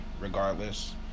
regardless